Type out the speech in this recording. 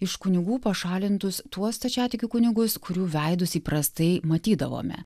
iš kunigų pašalintus tuos stačiatikių kunigus kurių veidus įprastai matydavome